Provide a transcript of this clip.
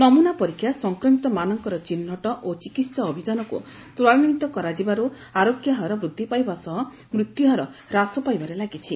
ନମୁନା ପରୀକ୍ଷା ସଂକ୍ମିତମାନଙ୍କର ଚିହ୍ରଟ ଓ ଚିକିତ୍ସା ଅଭିଯାନକୁ ତ୍ୱରାନ୍ନିତ କରାଯିବାରୁ ଆରୋଗ୍ୟ ହାର ବୃଦ୍ଧି ପାଇବା ସହ ମୃତ୍ୟହାର ହାସ ପାଇବାରେ ଲାଗିଛି